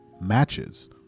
matches